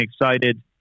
excited